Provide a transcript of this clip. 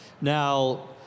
Now